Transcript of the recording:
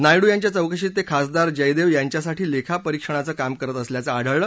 नायडू यांच्या चौकशीत तक्रिासदार जयदक्षियांच्यासाठी लखीपरीक्षणाचं काम करत असल्याचं आढळलं